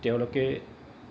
তেওঁলোকে